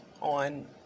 on